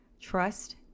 trust